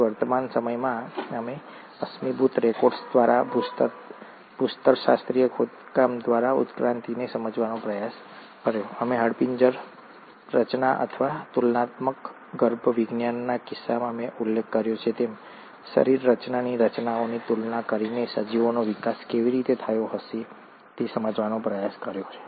તેથી વર્તમાન સમયમાં અમે અશ્મિભૂત રેકોર્ડ્સ દ્વારા ભૂસ્તરશાસ્ત્રીય ખોદકામ દ્વારા ઉત્ક્રાંતિને સમજવાનો પ્રયાસ કર્યો અમે હાડપિંજર રચના અથવા તુલનાત્મક ગર્ભવિજ્ઞાનના કિસ્સામાં મેં ઉલ્લેખ કર્યો છે તેમ શરીરરચનાની રચનાઓની તુલના કરીને સજીવોનો વિકાસ કેવી રીતે થયો હશે તે સમજવાનો પ્રયાસ કર્યો